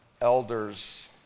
elders